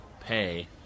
pay